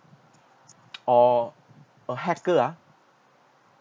or a hacker ah